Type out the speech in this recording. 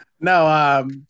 no